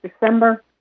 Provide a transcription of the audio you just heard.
December